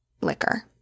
liquor